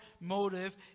motive